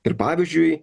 ir pavyzdžiui